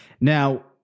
Now